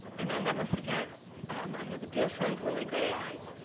and i'll never forget i have a dear friend, willie grayeyes,